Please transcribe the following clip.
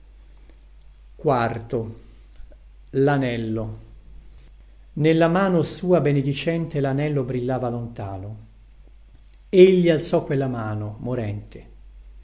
male lanello nella mano sua benedicente lanello brillava lontano egli alzò quella mano morente